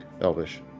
Elvish